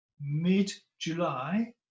Mid-July